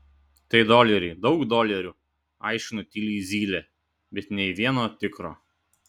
tai doleriai daug dolerių aiškino tyliai zylė bet nė vieno tikro